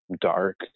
dark